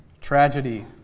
tragedy